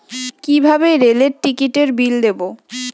কিভাবে রেলের টিকিটের বিল দেবো?